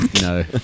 no